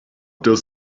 does